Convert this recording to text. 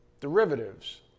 Derivatives